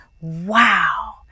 wow